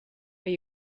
are